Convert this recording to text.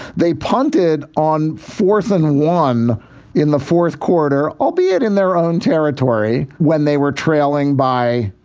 they punted on fourth and one in the fourth quarter, albeit in their own territory when they were trailing by,